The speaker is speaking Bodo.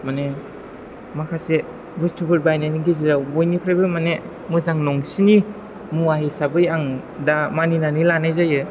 माने माखासे बस्थुफोर बायनायनि गेजेराव बयनिफ्राइबो माने मोजां नंसिनै मुवा हिसाबै आं दा मानिनानै लानाय जायो